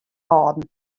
hâlden